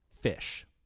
fish